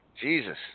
Jesus